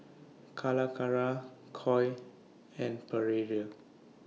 Calacara Koi and Perrier